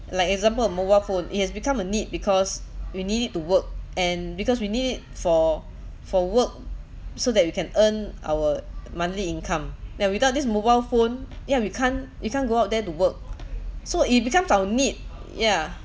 like example a mobile phone it has become a need because we need it to work and because we need it for for work so that we can earn our monthly income and without this mobile phone ya we can't we can't go out there to work so it becomes our need yeah